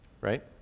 Right